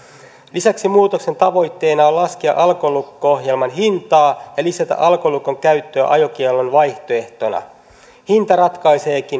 lisäksi muutoksen tavoitteena on laskea alkolukko ohjelman hintaa ja lisätä alkolukon käyttöä ajokiellon vaihtoehtona hinta ratkaiseekin